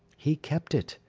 he kept it.